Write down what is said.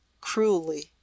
cruelly